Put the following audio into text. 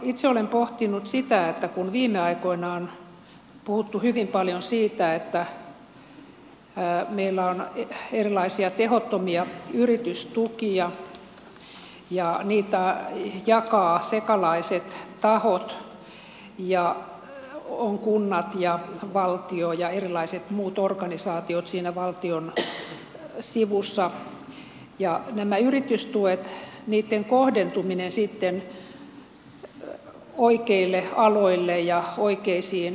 itse olen pohtinut sitä kun viime aikoina on puhuttu hyvin paljon siitä että meillä on erilaisia tehottomia yritystukia ja niitä jakavat sekalaiset tahot ja on kunnat ja valtio ja erilaiset muut organisaatiot siinä valtion sivussa ja miten nämä yritystuet kohdentuvat sitten oikeille aloille ja oikeisiin firmoihin